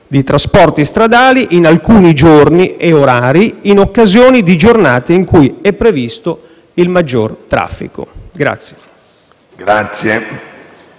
di trasporti stradali, in alcuni giorni e orari, in occasione di giornate in cui è previsto maggior traffico.